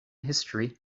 history